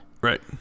Right